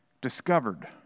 discovered